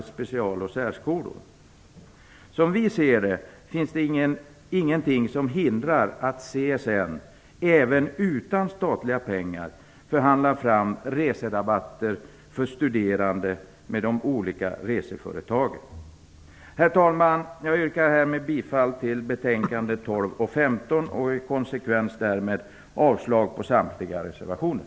Som vi ser det finns det ingenting som hindrar att CSN även utan statliga pengar förhandlar fram reserabatter för studerande med de olika reseföretagen. Herr talman! Jag yrkar härmed bifall till hemställan i betänkandena 12 och 15 och i konsekvens därmed avslag på samtliga reservationer.